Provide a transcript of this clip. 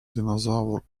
dinosaur